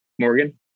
Morgan